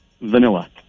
Vanilla